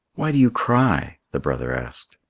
why do you cry? the brother asked.